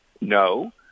No